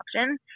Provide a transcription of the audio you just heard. option